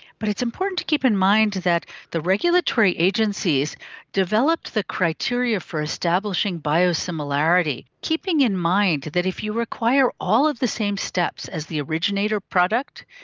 but it's important to keep in mind that the regulatory agencies developed the criteria for establishing biosimilarity, keeping in mind that if you require all of the same steps as the originator product,